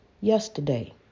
yesterday